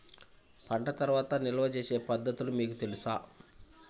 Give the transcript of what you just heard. పంట తర్వాత నిల్వ చేసే పద్ధతులు మీకు తెలుసా?